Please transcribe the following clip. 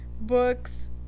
books